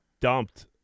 dumped